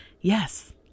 Yes